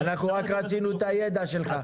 אנחנו רק רצינו את הידע שלך,